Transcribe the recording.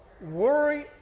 worry